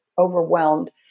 overwhelmed